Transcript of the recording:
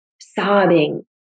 sobbing